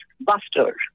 buster